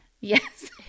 Yes